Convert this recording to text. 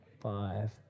five